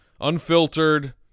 Unfiltered